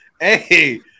hey